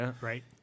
right